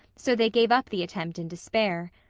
so they gave up the attempt in despair.